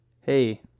hey